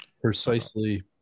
precisely